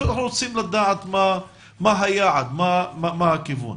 מה היעד ומה הכיוון?